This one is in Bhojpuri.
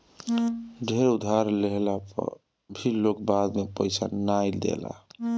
ढेर उधार लेहला पअ भी लोग बाद में पईसा नाइ देला